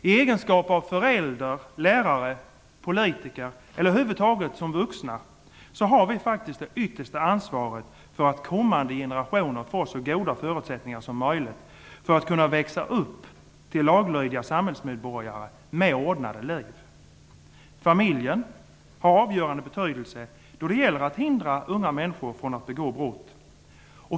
I egenskap av föräldrar, lärare, politiker eller över huvud taget som vuxna har vi det yttersta ansvaret för att kommande generationer får så goda förutsättningar som möjligt för att kunna växa upp till laglydiga samhällsmedborgare med ordnade liv. Familjen har avgörande betydelse då det gäller att hindra unga människor att begå brott.